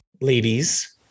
ladies